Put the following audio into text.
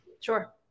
Sure